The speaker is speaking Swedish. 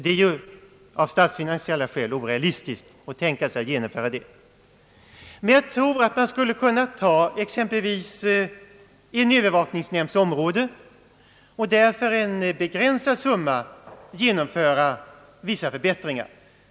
Det är av statsfinansiella skäl orealistiskt att tänka sig ett genomförande av detta förslag. Men jag tror att man skulle kunna ta exempelvis en Övervakningsnämnds område och där för en begränsad summa genomföra vissa förbättringar.